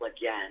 again